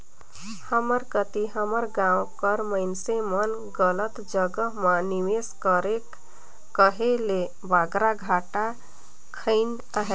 हमर कती हमर गाँव कर मइनसे मन गलत जगहा म निवेस करके कहे ले बगरा घाटा खइन अहें